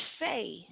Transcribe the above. say